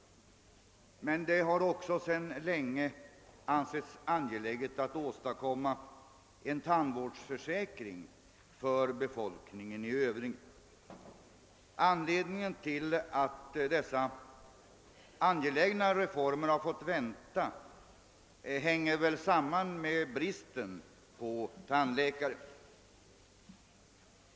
Men det har också sedan länge ansetts angeläget att åstadkomma en tandvårdsförsäkring för befolkningen i Öövrigt. Att genomförandet av dessa angelägna reformer har fått vänta hänger väl samman med bristen på tandläkare.